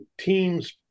teams